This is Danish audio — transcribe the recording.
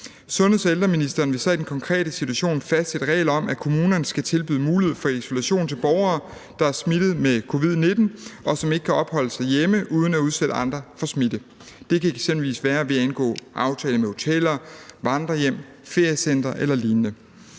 Sundheds- og ældreministeren vil så i den konkrete situation fastsætte regler om, at kommunerne skal tilbyde mulighed for isolation til borgere, der er smittet med covid-19, og som ikke kan opholde sig hjemme uden at udsætte andre for smitte. Det kan eksempelvis være ved at indgå aftale med hoteller, vandrerhjem, feriecentre eller lignende.